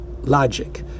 logic